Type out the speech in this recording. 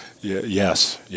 Yes